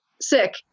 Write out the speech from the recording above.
sick